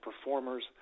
performers